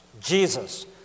Jesus